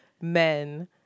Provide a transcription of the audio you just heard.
men